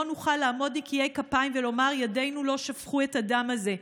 לא נוכל לעמוד נקיי כפיים ולומר: ידינו לא שפכו את הדם הזה.